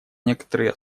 некоторые